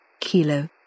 Kilo